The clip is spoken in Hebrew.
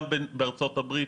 גם בארצות הברית,